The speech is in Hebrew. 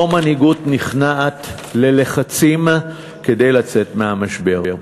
לא מנהיגות הנכנעת ללחצים כדי לצאת מהמשבר.